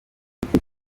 kuzura